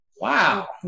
Wow